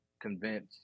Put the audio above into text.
convince